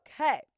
Okay